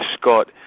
Scott